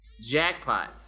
jackpot